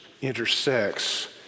intersects